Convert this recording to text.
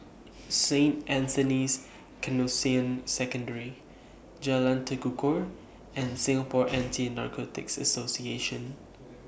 Saint Anthony's Canossian Secondary Jalan Tekukor and Singapore Anti Narcotics Association